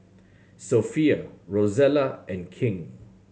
Sophia Rosella and King